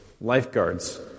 lifeguards